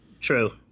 true